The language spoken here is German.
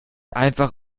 einfach